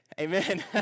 Amen